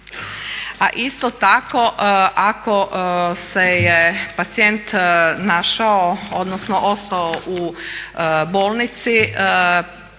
A isto tako se je pacijent našao odnosno ostao u bolnici,